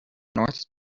north